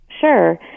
Sure